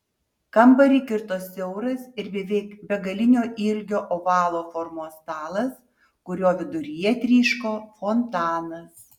kambarį kirto siauras ir beveik begalinio ilgio ovalo formos stalas kurio viduryje tryško fontanas